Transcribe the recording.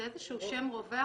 זה איזה שהוא שם רווח,